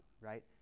right